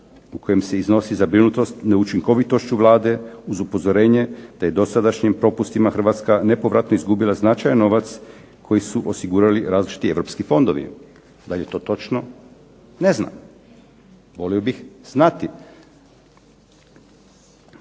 u kojem se iznosi zabrinutost neučinkovitošću Vlade uz upozorenje da je dosadašnjim propustima Hrvatska nepovratno izgubila značajan novac koji su osigurali različiti europski fondovi. Da li je to točno, ne znam. Volio bih znati.